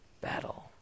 battle